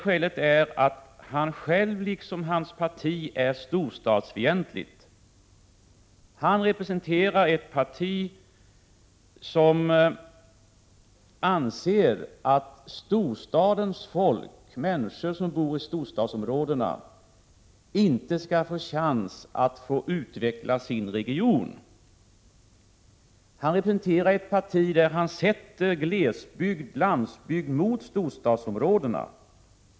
Skälet är att han själv, liksom hans parti, är storstadsfientlig; han representerar ett parti som anser att människor som bor i storstadsområdena inte skall få någon chans att utveckla sin region. Han representerar ett parti där man sätter glesbygden och landsbygden mot storstadsområdena.